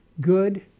good